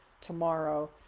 tomorrow